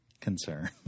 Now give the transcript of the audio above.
Concern